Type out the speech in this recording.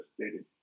stated